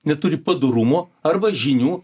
neturi padorumo arba žinių